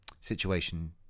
situation